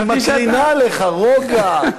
כי היא מקרינה עליך רוגע.